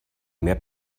mehr